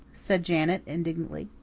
said janet indignantly.